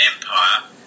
Empire